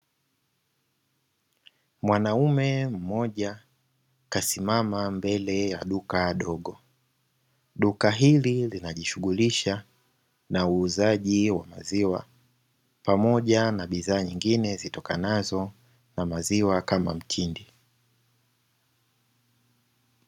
Mwanaume mmoja kasimama mbele ya duka dogo. Duka hili linajishughulisha na uuzaji wa maziwa pamoja na bidhaa nyingine zitokanazo na maziwa kama mtindi.